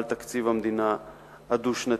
על תקציב המדינה הדו-שנתי.